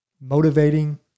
Motivating